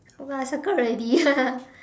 ya I circle already